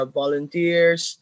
volunteers